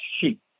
sheep